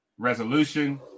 Resolution